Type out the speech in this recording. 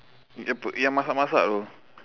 yang masak-masak itu